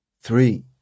three